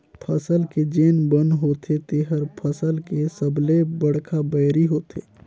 फसल के जेन बन होथे तेहर फसल के सबले बड़खा बैरी होथे